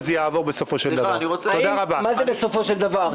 וזה יעבור בסופו של דבר.